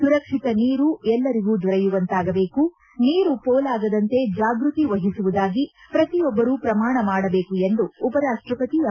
ಸುರಕ್ಷಿತ ನೀರು ಎಲ್ಲರಿಗೂ ದೊರೆಯುವಂತಾಗಬೇಕು ನೀರು ಪೋಲಾಗದಂತೆ ಜಾಗೃತಿ ವಹಿಸುವುದಾಗಿ ಪ್ರತಿಯೊಬ್ಬರು ಪ್ರಮಾಣ ಮಾಡಬೇಕು ಎಂದು ಉಪರಾಷ್ಟಪತಿ ಎಂ